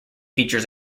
features